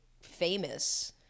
famous